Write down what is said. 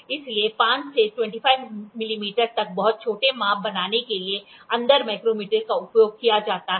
इसलिए 5 से 25 मिलीमीटर तक बहुत छोटे माप बनाने के लिए अंदर माइक्रोमीटर का उपयोग किया जाता है